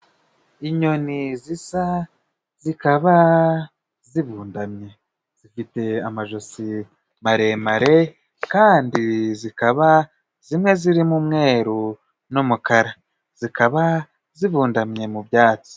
Inyoni zisa zikaba zibundamye zifite amajosi maremare, kandi zikaba zimwe zirimo umweru n'umukara, zikaba zibundamye mu byatsi.